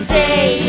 day